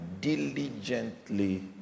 diligently